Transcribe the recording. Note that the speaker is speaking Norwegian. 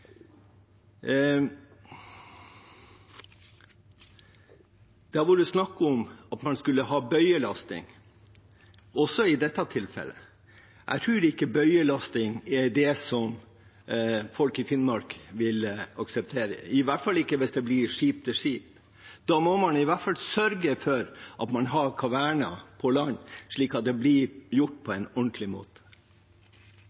Det har vært snakk om at man skulle ha bøyelasting også i dette tilfellet. Jeg tror ikke folk i Finnmark vil akseptere bøyelasting, iallfall ikke hvis det blir skip-til-skip-lasting. Da må man iallfall sørge for at man har kaverner på land, slik at det blir gjort på